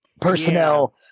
personnel